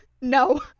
No